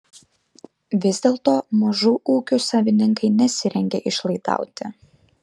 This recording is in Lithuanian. vis dėlto mažų ūkių savininkai nesirengia išlaidauti